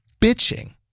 bitching